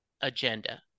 agenda